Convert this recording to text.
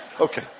Okay